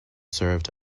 served